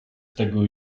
tego